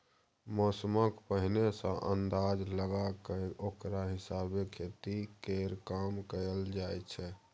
मौसमक पहिने सँ अंदाज लगा कय ओकरा हिसाबे खेती केर काम कएल जाइ छै